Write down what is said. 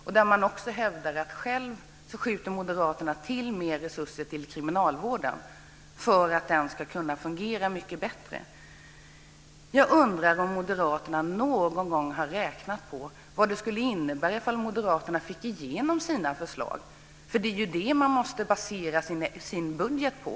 Moderaterna hävdar också att de själva skjuter till mer resurser till kriminalvården för att den ska kunna fungera bättre. Jag undrar om moderaterna någon gång har räknat på vad det skulle innebära om de fick igenom sina förslag. Det är ju det man måste basera sin budget på.